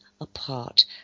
apart